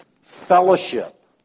fellowship